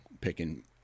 Picking